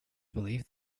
believed